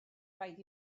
rhaid